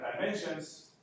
dimensions